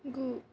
गु